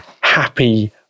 happy